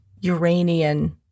Uranian